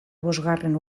bosgarren